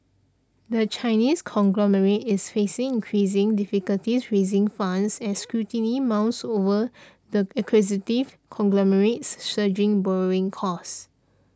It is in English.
the Chinese conglomerate is facing increasing difficulties raising funds as scrutiny mounts over the acquisitive conglomerate's surging borrowing costs